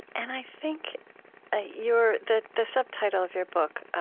and i think ah your the the subtitle of your book,